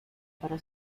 para